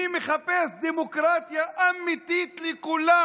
מי מחפש דמוקרטיה אמיתית לכולם,